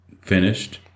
finished